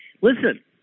listen